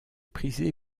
prisé